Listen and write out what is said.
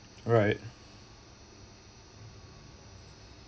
right